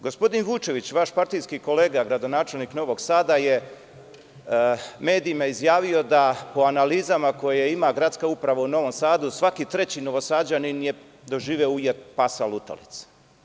Gospodin Vučević, vaš partijski kolega, gradonačelnik Novog Sada, je medijima izjavio da, po analizama koje ima gradska uprava u Novom Sadu, svaki treći Novosađanin je doživeo ujed pasa lutalica.